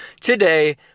today